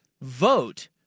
vote